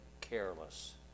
careless